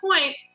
point